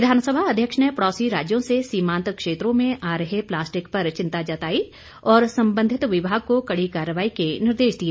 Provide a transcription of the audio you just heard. विधानसभा अध्यक्ष ने पड़ौसी राज्यों से सीमांत क्षेत्रों में आ रहे प्लास्टिक पर चिंता जताई और संबंधित विभाग को कड़ी कार्रवाई के निर्देश दिए